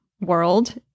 world